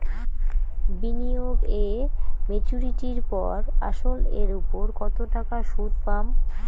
বিনিয়োগ এ মেচুরিটির পর আসল এর উপর কতো টাকা সুদ পাম?